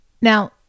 Now